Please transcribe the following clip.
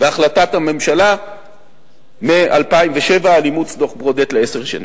והחלטת הממשלה מ-2007 על אימוץ דוח-ברודט לעשר שנים.